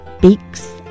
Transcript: beaks